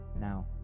Now